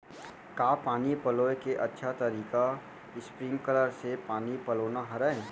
का पानी पलोय के अच्छा तरीका स्प्रिंगकलर से पानी पलोना हरय?